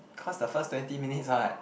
cause the first twenty minutes what